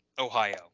Ohio